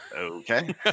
Okay